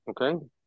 Okay